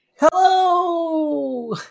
Hello